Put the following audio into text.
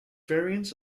variants